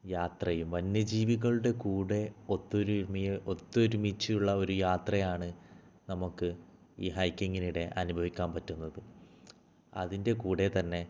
യാത്രയും വന്യ ജീവികളുടെ കൂടെ ഒത്തൊരുമയിൽ ഒത്തൊരുമിച്ചുള്ള ഒരു യാത്രയാണ് നമുക്ക് ഈ ഹൈക്കിങ്ങിനിടയിൽ അനുഭവിക്കാൻ പറ്റുന്നത് അതിൻ്റെ കൂടെ തന്നെ